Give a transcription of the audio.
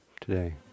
today